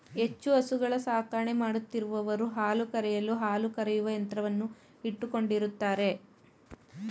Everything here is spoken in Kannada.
ಹೆಚ್ಚು ಹಸುಗಳ ಸಾಕಣೆ ಮಾಡುತ್ತಿರುವವರು ಹಾಲು ಕರೆಯಲು ಹಾಲು ಕರೆಯುವ ಯಂತ್ರವನ್ನು ಇಟ್ಟುಕೊಂಡಿರುತ್ತಾರೆ